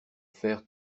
faire